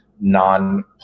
non